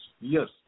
Yes